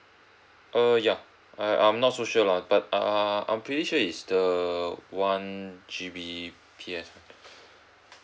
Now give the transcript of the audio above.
err ya I I'm not so sure lah but err I'm pretty sure is the one G_B_P_S